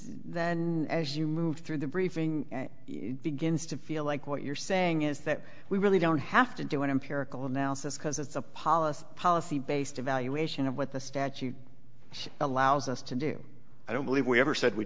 then as you move through the briefing begins to feel like what you're saying is that we really don't have to do an empirical analysis because it's a policy of policy based evaluation of what the statute she allows us to do i don't believe we ever said we